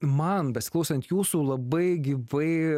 man besiklausant jūsų labai gyvai